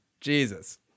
Jesus